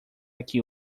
aqui